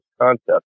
concept